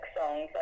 songs